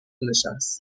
نشست